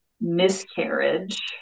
miscarriage